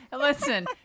Listen